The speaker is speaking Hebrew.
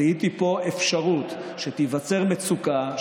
זיהיתי פה אפשרות שתיווצר מצוקה,